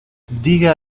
diga